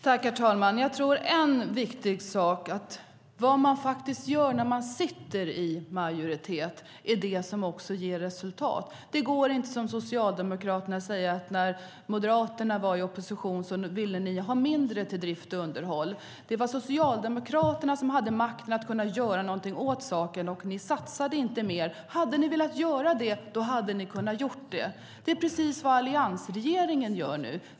Herr talman! Jag tror att en viktig sak är att vad man gör när man sitter i majoritet är det som ger resultat. Det går inte att som Socialdemokraterna säga: När Moderaterna var i opposition ville ni ha mindre till drift och underhåll. Det var Socialdemokraterna som hade makten att göra något åt saken, men ni satsade inte mer. Hade ni velat göra det hade ni kunnat göra det. Det är precis vad alliansregeringen gör nu.